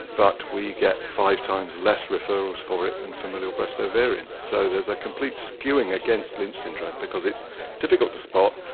but we get five times less referrals for it than familial breast ovarian. so there's a complete skewing against lynch syndrome because it's difficult to spot,